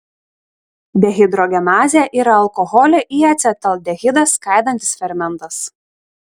dehidrogenazė yra alkoholį į acetaldehidą skaidantis fermentas